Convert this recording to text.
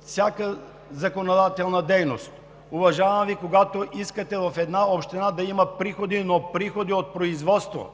всяка Ваша законодателна дейност! Уважавам Ви, когато искате в една община да има приходи, но приходи от производство!